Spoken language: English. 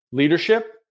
Leadership